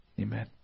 Amen